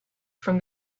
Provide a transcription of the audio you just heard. from